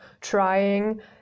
trying